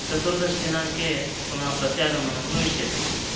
चतुर्दशदिनाङ्के पुनः प्रत्यागमनं भविष्यति